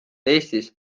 eestis